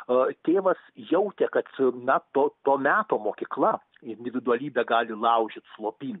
o tėvas jautė kad net to to meto mokykla individualybę gali laužyt slopint